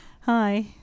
hi